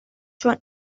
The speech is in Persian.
چون